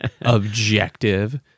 objective